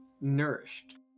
nourished